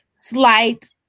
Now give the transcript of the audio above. Slight